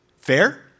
fair